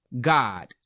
God